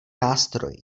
nástroj